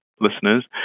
listeners